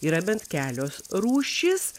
yra bent kelios rūšys